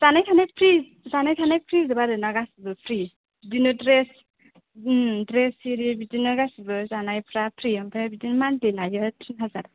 जानाय थानाय फ्रि जानाय थानाय फ्रि जोब आरोना गासैबो फ्रि बिदिनो द्रेस द्रेस एरि बिदिनो गासिबो जानायफ्रा फ्रि ओमफ्राय बिदिनो मन्थलि लायो थिन हाजार